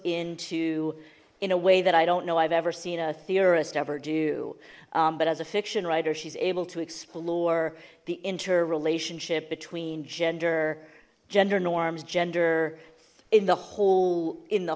into in a way that i don't know i've ever seen a theorist ever do but as a fiction writer she's able to explore the interrelationship between gender gender norms gender in the hole in the